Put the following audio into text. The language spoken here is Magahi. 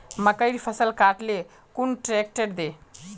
मकईर फसल काट ले कुन ट्रेक्टर दे?